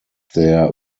their